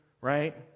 right